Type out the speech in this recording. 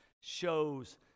shows